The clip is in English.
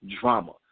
drama